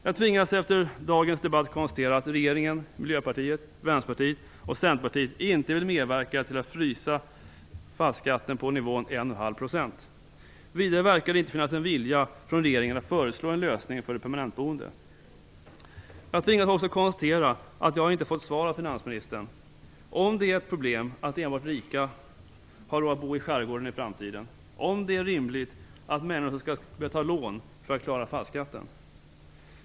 Jag tvingas efter dagens debatt konstatera att regeringen, Miljöpartiet, Vänsterpartiet och Centerpartiet inte vill medverka till att frysa fastighetsskatten på nivån 1,5 %. Vidare verkar det inte finnas någon vilja hos regeringen att föreslå en lösning för de permanentboende. Jag tvingas också konstatera att jag inte har fått något svar från finansministern på följande frågor: Är det ett problem att enbart rika har råd att bo i skärgården i framtiden? Är det rimligt att människor skall behöva ta lån för att klara fastighetsskatten?